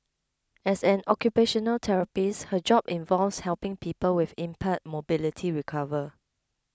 as an occupational therapist her job involves helping people with impaired mobility recover